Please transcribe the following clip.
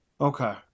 Okay